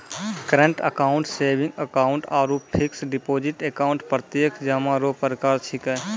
current account saving account आरु fix deposit account प्रत्यक्ष जमा रो प्रकार छिकै